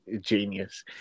genius